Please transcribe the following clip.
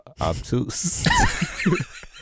obtuse